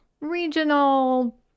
regional